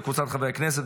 וקבוצת חברי הכנסת,